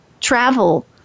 travel